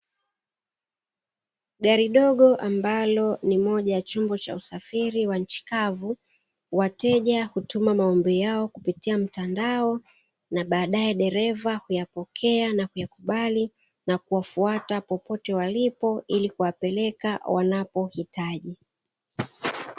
Gari dogo ambalo ni moja ya chombo cha usafiri wa nchi kavu, wateja hutuma maombi yao kupitia mtandao, na baadae dereva huyapokea na kuyakubali na kuwafuata popote walipo ili kuwapeleka wanapohitaji.